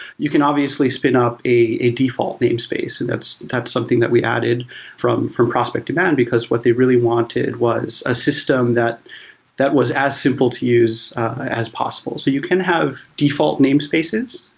you can obviously spin up a default namespace and that's that's something that we added from from prospect demand, because what they really wanted was a system that that was as simple to use as possible. so you can have default namespaces,